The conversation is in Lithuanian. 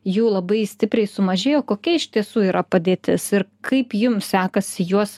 jų labai stipriai sumažėjo kokia iš tiesų yra padėtis ir kaip jums sekasi juos